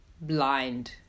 Blind